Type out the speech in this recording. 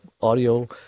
audio